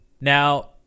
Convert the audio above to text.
Now